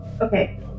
okay